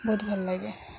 ବହୁତ ଭଲ ଲାଗେ